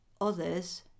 others